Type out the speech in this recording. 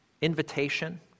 invitation